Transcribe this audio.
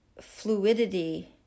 fluidity